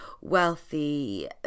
wealthy